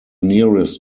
nearest